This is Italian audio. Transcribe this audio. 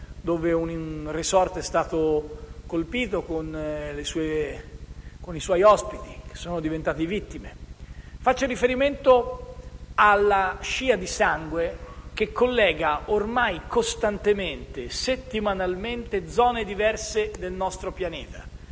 dove un *resort* è stato colpito, con i suoi ospiti che sono diventati vittime. Faccio riferimento alla scia di sangue che collega ormai costantemente e settimanalmente zone diverse del nostro pianeta,